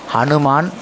Hanuman